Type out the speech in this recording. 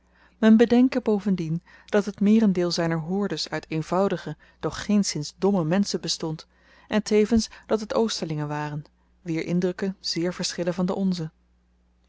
men bedenke bovendien dat het meerendeel zyner hoorders uit eenvoudige doch geenszins domme menschen bestond en tevens dat het oosterlingen waren wier indrukken zeer verschillen van de onze